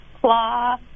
claw